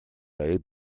avez